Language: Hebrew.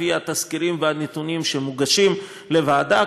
לפי התסקירים והנתונים שמוגשים לוועדה,